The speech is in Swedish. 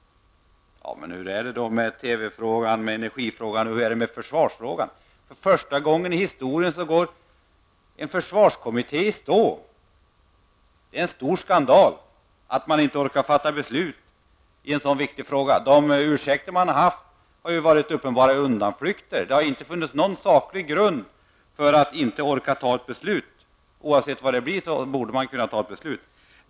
Men hur är det då med TV-frågan, energifrågan, försvarsfrågan? För första gången i historien går en försvarskommitté i stå. Det är en stor skandal att man inte orkar fatta beslut i en sådan viktig fråga. De ursäkter man har haft har varit uppenbara undanflykter. Det har inte funnits någon saklig grund för att inte orka fatta ett beslut; oavsett vilket beslutet blir, borde man orka fatta det.